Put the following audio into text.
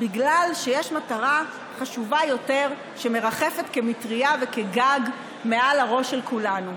בגלל שיש מטרה חשובה יותר שמרחפת כמטרייה וכגג מעל הראש של כולנו.